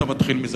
אתה מתחיל בזה,